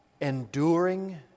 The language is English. enduring